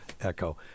Echo